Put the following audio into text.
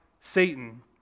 Satan